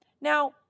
Now